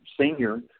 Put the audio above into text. senior